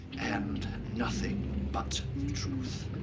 and nothing but the truth.